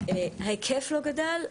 ההיקף לא גדל.